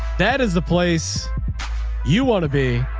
that is the place you want to be.